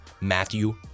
Matthew